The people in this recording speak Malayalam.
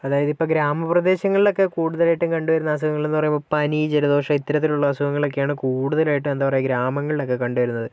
അതായത് ഇപ്പോൾ ഗ്രാമപ്രദേശങ്ങളിൽ ഒക്കെ കൂടുതലായിട്ടും കണ്ടുവരുന്ന അസുഖങ്ങൾ എന്ന് പറയുമ്പോൾ പനി ജലദോഷം ഇത്തരത്തിലുള്ള അസുഖങ്ങളൊക്കെയാണ് കൂടുതലായിട്ടും എന്താ പറയുക ഗ്രാമങ്ങളിൽ ഒക്കെ കണ്ടുവരുന്നത്